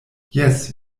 jes